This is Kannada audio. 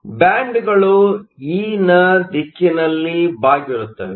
ಆದ್ದರಿಂದ ಬ್ಯಾಂಡ್ಗಳು ಇನ ದಿಕ್ಕಿನಲ್ಲಿ ಬಾಗಿರುತ್ತವೆ